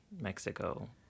Mexico